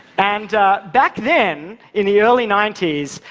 and back then, in the early ninety s,